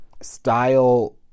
style